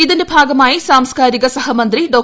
ഇതിന്റെ ഭാഗമായി സാംസ്ക്കാരിക സഹമന്ത്രി ഡോ